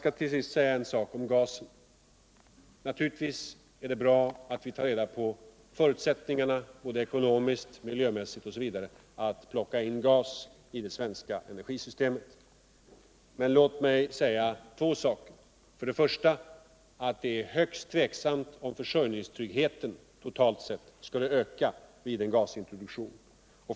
Så något om gasen. Naturligtvis är det bra att vi tar reda på förutsättningarna, ekonomiskt, miljömässigt osv.. att plocka in gas i det svenska energisystemet. Men här vill jag bara anföra två synpunkter. För det första är det högst tveksamt om försörjningstryggheten, totalt sett, skulle öka vid en gasintroduktion.